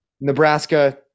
nebraska